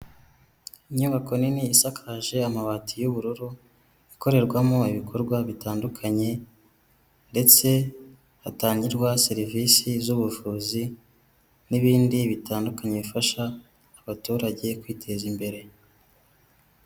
Inyubako nini isakaje amabati y'ubururu ikorerwamo ibikorwa bitandukanye, ndetse hatangirwa serivisi z'ubuvuzi n'ibindi bitandukanye bifasha abaturage kwiteza imbere.